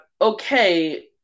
okay